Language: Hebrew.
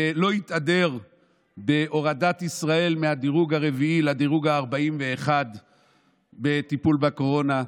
ולא יתהדר בהורדת ישראל מהדירוג הרביעי לדירוג ה-41 בטיפול בקורונה,